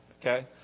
Okay